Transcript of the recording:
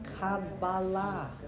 Kabbalah